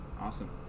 awesome